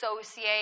associate